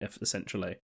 essentially